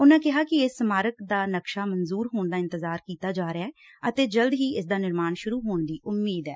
ਉਨੂਾਂ ਕਿਹੈ ਕਿ ਇਸ ਸਮਾਰਕ ਦਾ ਨਕਸ਼ਾ ਮਨਜੂਰ ਹੋਣ ਦਾ ਇੰਤਜ਼ਾਰ ਕੀਤਾ ਜਾ ਰਿਹੈ ਅਤੇ ਜਲਦੀ ਹੀ ਇਸ ਦਾ ਨਿਰਮਾਣ ਸ਼ੁਰੂ ਹੋਣ ਦੀ ਉਮੀਦ ਐ